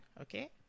Okay